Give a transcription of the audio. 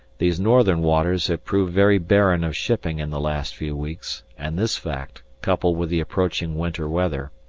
these northern waters have proved very barren of shipping in the last few weeks, and this fact, coupled with the approaching winter weather,